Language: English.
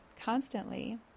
constantly